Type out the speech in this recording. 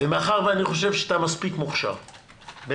ומאחר שאני חושב שאתה מספיק מוכשר באמת,